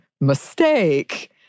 mistake